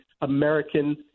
American